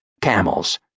Camels